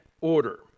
order